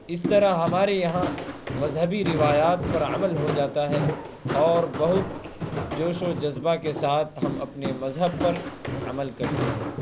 اس طرح ہمارے یہاں مذہبی روایات پر عمل ہو جاتا ہے اور بہت جوش و جذبہ کے ساتھ ہم اپنے مذہب پر عمل کرتے ہیں